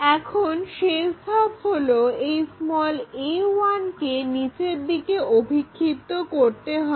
এখন শেষ ধাপ হলো এই a1 কে নিচের দিকে অভিক্ষিপ্ত করতে হবে